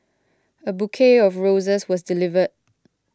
a bouquet of roses was delivered